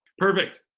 perfect.